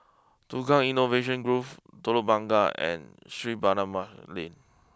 Tukang Innovation Grove Telok Blangah and Street Barnabas Lane